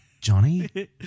johnny